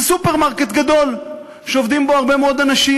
זה סופרמרקט גדול שעובדים בו הרבה מאוד אנשים.